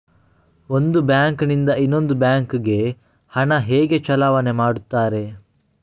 ಒಂದು ಬ್ಯಾಂಕ್ ನಿಂದ ಇನ್ನೊಂದು ಬ್ಯಾಂಕ್ ಗೆ ಹಣ ಹೇಗೆ ಚಲಾವಣೆ ಮಾಡುತ್ತಾರೆ?